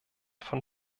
von